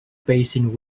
basin